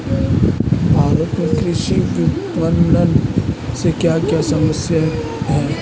भारत में कृषि विपणन से क्या क्या समस्या हैं?